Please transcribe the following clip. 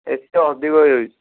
ଏତେ ଅଧିକ ହେଇଯାଉଛି